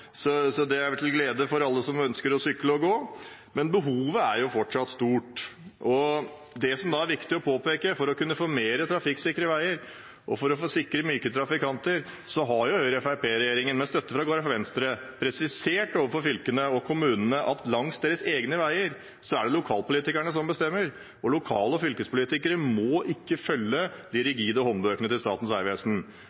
til glede for alle som ønsker å sykle og gå, men behovet er fortsatt stort. Det som da er viktig å påpeke – for å kunne få mer trafikksikre veier og for å sikre myke trafikanter – er at Høyre–Fremskrittsparti-regjeringen, med støtte fra Kristelig Folkeparti og Venstre, har presisert overfor fylkene og kommunene at langs deres egne veier er det lokalpolitikerne som bestemmer, og lokale fylkespolitikere må ikke følge de